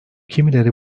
kimileri